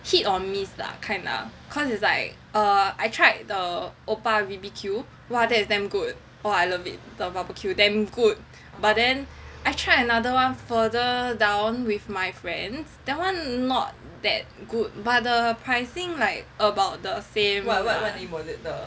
hit or miss that kind lah cause it's like err I tried the Oppa B_B_Q !wah! that is damn good !wah! I love it the barbecue damn good but then I tried another one further down with my friends that one not that good but the pricing like about the same lah